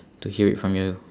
to hear it from you